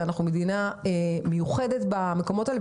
אנחנו מדינה מיוחדת בדברים האלה,